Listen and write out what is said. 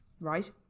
right